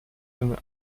den